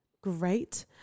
great